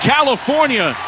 California